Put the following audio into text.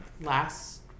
last